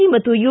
G ಮತ್ತು you